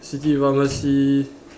city pharmacy